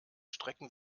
strecken